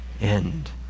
End